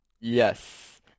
yes